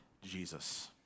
Jesus